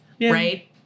right